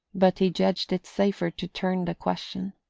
but he judged it safer to turn the question.